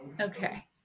Okay